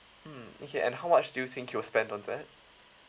mm okay and how much do you think you'll spend on that